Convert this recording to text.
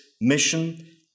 mission